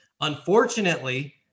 Unfortunately